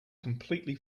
completely